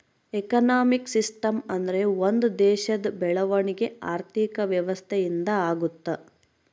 economic system ಅಂದ್ರೆ ಒಂದ್ ದೇಶದ ಬೆಳವಣಿಗೆ ಆರ್ಥಿಕ ವ್ಯವಸ್ಥೆ ಇಂದ ಆಗುತ್ತ